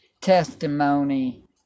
testimony